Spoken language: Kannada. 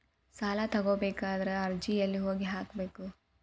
ಸಾಲ ತಗೋಬೇಕಾದ್ರೆ ಅರ್ಜಿ ಎಲ್ಲಿ ಹೋಗಿ ಹಾಕಬೇಕು?